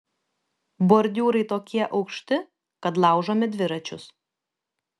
bordiūrai tokie aukšti kad laužome dviračius